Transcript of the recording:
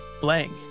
Blank